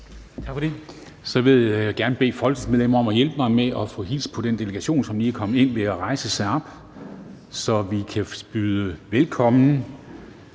Jeg vil gerne bede Folketingets medlemmer om at hjælpe mig med at få hilst på den delegation, som lige er kommet herind, ved at rejse sig op, så vi kan byde velkommen.